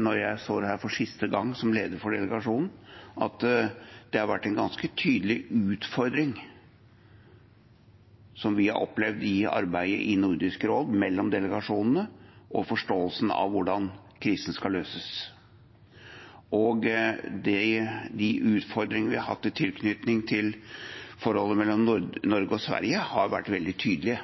når jeg står her for siste gang som leder for delegasjonen, at det har vært en ganske tydelig utfordring, som vi har opplevd i arbeidet i Nordisk råd, mellom delegasjonene og forståelsen av hvordan krisen skal løses. De utfordringene vi har hatt i tilknytning til forholdet mellom Norge og Sverige, har vært veldig tydelige,